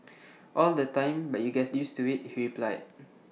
all the time but you gets used to IT he replied